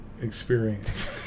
experience